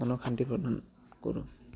মনক শান্তি প্ৰদান কৰোঁ